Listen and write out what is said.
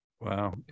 Wow